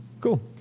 cool